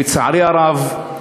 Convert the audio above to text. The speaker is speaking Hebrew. לצערי הרב,